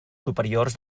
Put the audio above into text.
superiors